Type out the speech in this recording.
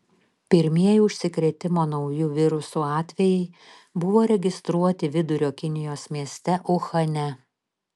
pirmieji užsikrėtimo nauju virusu atvejai buvo registruoti vidurio kinijos mieste uhane